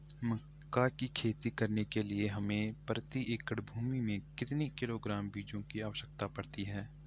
मक्का की खेती करने के लिए हमें प्रति एकड़ भूमि में कितने किलोग्राम बीजों की आवश्यकता पड़ती है?